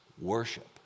worship